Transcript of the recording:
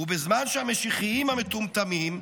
ובזמן שהמשיחיים המטומטמים,